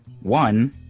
one